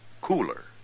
cooler